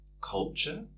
culture